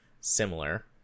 similar